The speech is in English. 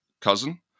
cousin